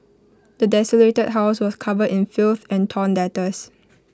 the desolated house was covered in filth and torn letters